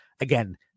Again